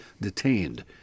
detained